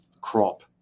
crop